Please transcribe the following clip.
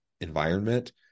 environment